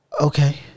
Okay